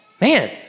man